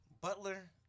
Butler